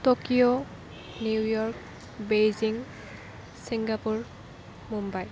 Tokyo New York Beijing Singapore Mumbai